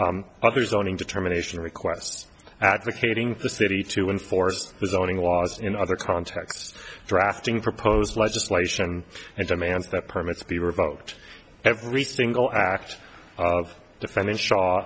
other zoning determination requests advocating the city to enforce the zoning laws in other contexts drafting proposed legislation and demands that permits be revoked every single act of defendant shaw